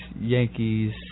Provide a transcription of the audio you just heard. Yankees